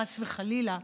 חס וחלילה,